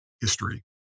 history